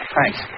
Thanks